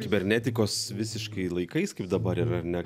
kibernetikos visiškai laikais kaip dabar yra ar ne